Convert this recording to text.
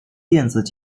电子